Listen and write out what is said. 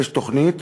יש תוכנית